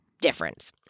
difference